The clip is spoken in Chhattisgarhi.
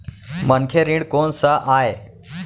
मनखे ऋण कोन स आय?